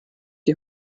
die